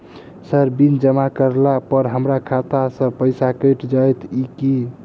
Sir bill जमा करला पर हमरा खाता सऽ पैसा कैट जाइत ई की?